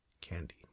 Candy